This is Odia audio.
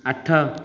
ଆଠ